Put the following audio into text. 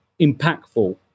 impactful